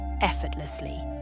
effortlessly